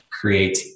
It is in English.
create